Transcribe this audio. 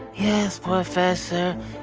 yes, professor.